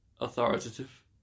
authoritative